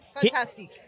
Fantastic